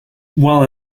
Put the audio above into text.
while